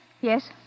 Yes